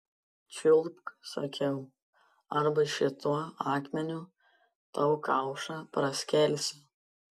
čiulpk sakiau arba šituo akmeniu tau kaušą praskelsiu